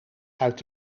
uit